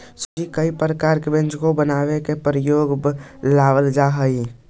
सूजी कई प्रकार के व्यंजन बनावे में प्रयोग में लावल जा हई